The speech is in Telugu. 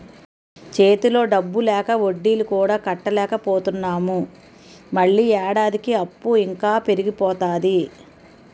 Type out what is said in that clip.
చేతిలో డబ్బు లేక వడ్డీలు కూడా కట్టలేకపోతున్నాము మళ్ళీ ఏడాదికి అప్పు ఇంకా పెరిగిపోతాది